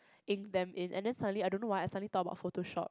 ink them in and then suddenly I don't know why I suddenly thought of photoshop